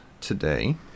today